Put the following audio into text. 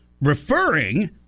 referring